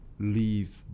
Leave